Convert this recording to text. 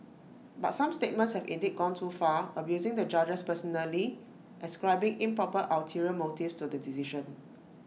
but some statements have indeed gone too far abusing the judges personally ascribing improper ulterior motives to the decision